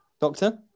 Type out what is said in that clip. doctor